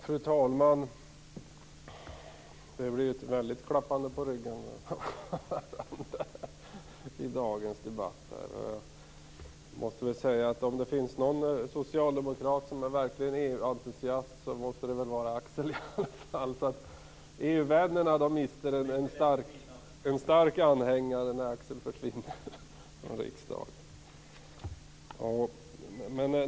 Fru talman! Det blir ett väldigt klappande på varandras ryggar i dagens debatt. Om det finns någon socialdemokrat som verkligen är en EU-entusiast måste det vara Axel Andersson. EU-vännerna förlorar en stark anhängare när han försvinner från riksdagen.